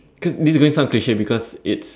cause this is going sound cliche because it's